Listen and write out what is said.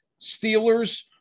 Steelers